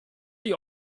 die